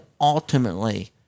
ultimately